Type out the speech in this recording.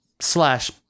slash